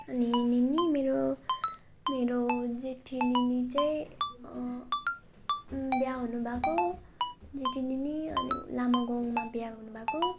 अनि निनी मेरो मेरो जेठी निनी चाहिँ बिहा हुनुभएको जेठी निनी अनि लामा गाउँमा बिहा हुनुभएको